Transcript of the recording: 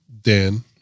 Dan